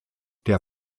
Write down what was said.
der